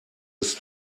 ist